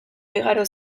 igaro